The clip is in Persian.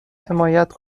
حمایت